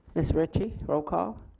ms. ritchie roll call.